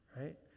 right